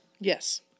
Yes